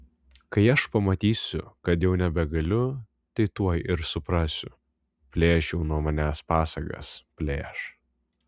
kai aš pamatysiu kad jau nebegaliu tai tuoj ir suprasiu plėš jau nuo manęs pasagas plėš